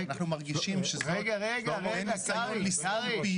אנחנו מרגישים שזאת -- -ניסיון לסתום פיות.